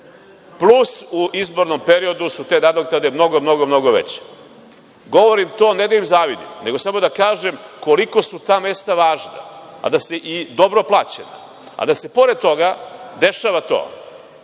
Plus u izbornom periodu su te nadoknade mnogo, mnogo veće. Govorim to ne da im zavidim, nego samo da kažem koliko su ta meta važna, dobro plaćena, a da se pored toga dešava to